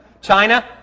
China